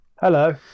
Hello